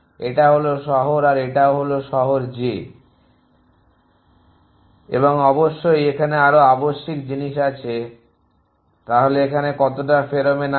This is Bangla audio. এটা হলো শহর i আর এটা হলো শহর j এবং অবশ্যই এখানে আরো আবশ্যিক জিনিস আছে তাহলে এখানে কতটা ফেরোমন আছে